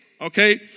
Okay